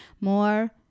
more